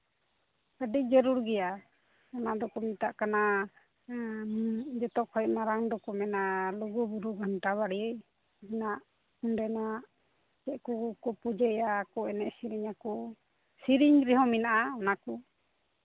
ᱟᱹᱰᱤ ᱡᱟᱹᱨᱩᱲ ᱜᱮᱭᱟ ᱚᱱᱟᱫᱚᱠᱚ ᱢᱮᱛᱟᱜ ᱠᱟᱱᱟ ᱦᱮᱸ ᱡᱚᱛᱚ ᱠᱷᱚᱱ ᱢᱟᱨᱟᱝ ᱫᱚᱠᱚ ᱢᱮᱛᱟᱜ ᱠᱟᱱᱟ ᱞᱩᱜᱩᱼᱵᱩᱨᱩ ᱜᱷᱟᱱᱴᱟ ᱵᱟᱲᱮ ᱨᱮᱱᱟᱜ ᱚᱸᱰᱮᱱᱟᱜ ᱪᱮᱫ ᱠᱚᱠᱚ ᱯᱩᱡᱟᱹᱭᱟ ᱟᱨᱠᱚ ᱮᱱᱮᱡ ᱥᱮᱨᱮᱧᱟ ᱠᱚ ᱥᱮᱨᱮᱧ ᱨᱮᱦᱚᱸ ᱢᱮᱱᱟᱜᱼᱟ ᱚᱱᱟ ᱠᱚ